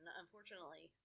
unfortunately